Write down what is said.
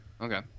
Okay